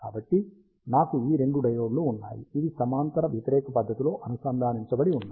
కాబట్టి నాకు ఈ రెండు డయోడ్లు ఉన్నాయి ఇవి సమాంతర వ్యతిరేక పద్ధతిలో అనుసంధానించబడి ఉన్నాయి